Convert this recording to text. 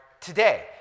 today